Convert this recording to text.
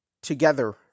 together